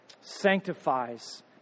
Sanctifies